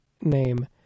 name